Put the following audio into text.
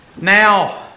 Now